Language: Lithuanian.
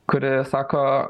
kuri sako